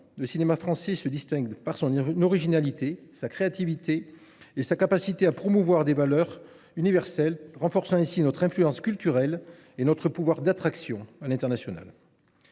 prédominante, il se distingue par son originalité, sa créativité et sa capacité à promouvoir des valeurs universelles, renforçant ainsi notre influence culturelle et notre pouvoir d’attraction à l’international.